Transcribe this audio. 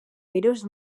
virus